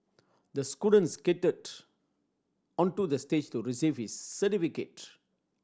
the student skated onto the stage to receive his certificate